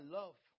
love